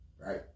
Right